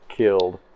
killed